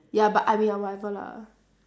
ya but I mean uh whatever lah